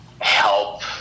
help